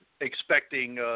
expecting